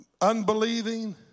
unbelieving